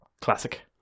classic